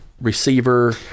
receiver